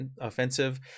offensive